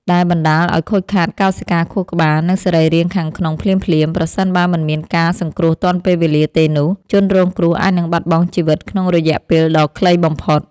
ដែលបណ្តាលឱ្យខូចខាតកោសិកាខួរក្បាល និងសរីរាង្គខាងក្នុងភ្លាមៗ ប្រសិនបើមិនមានការសង្គ្រោះទាន់ពេលវេលាទេនោះ ជនរងគ្រោះអាចនឹងបាត់បង់ជីវិតក្នុងរយៈពេលដ៏ខ្លីបំផុត។